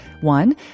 one